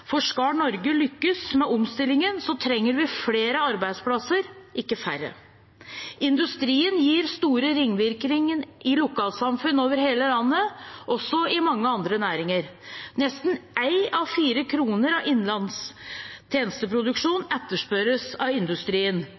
for skal Norge lykkes med omstillingen, trenger vi flere arbeidsplasser, ikke færre. Industrien gir store ringvirkninger i lokalsamfunn over hele landet, også i mange andre næringer. Nesten én av fire kroner fra innenlands tjenesteproduksjon etterspørres av industrien.